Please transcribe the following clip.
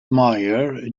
myer